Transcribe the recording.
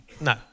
No